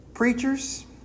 preachers